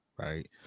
Right